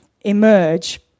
emerge